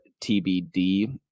TBD